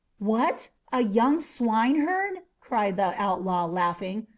what, a young swineherd! cried the outlaw, laughing.